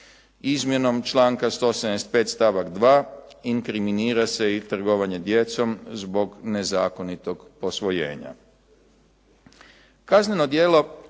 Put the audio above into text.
Izmjenom članka 175. stavak 2. inkriminira se i trgovanje djecom zbog nezakonitog posvojenja.